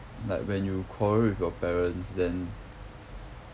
like when you quarrel with your parents then